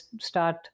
start